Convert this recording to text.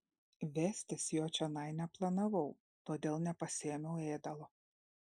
vestis jo čionai neplanavau todėl nepasiėmiau ėdalo